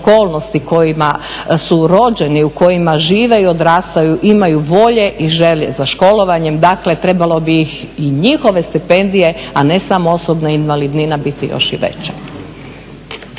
okolnosti u kojima su rođeni, u kojima žive i odrastaju imaju volje i želje za školovanjem. Dakle, trebalo bi ih i njihove stipendije a ne samo osobna invalidnina biti još i veća.